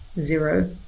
zero